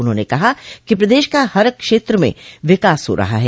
उन्होंने कहा कि प्रदेश का हर क्षेत्र में विकास हो रहा है